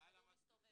הכדור מסתובב.